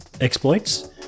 exploits